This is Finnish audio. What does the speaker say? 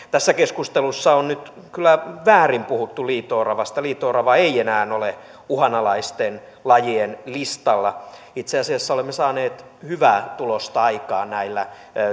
tässä keskustelussa on nyt kyllä väärin puhuttu liito oravasta liito orava ei enää ole uhanalaisten lajien listalla itse asiassa olemme saaneet hyvää tulosta aikaan näillä